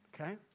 Okay